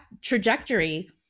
trajectory